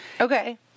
Okay